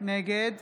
נגד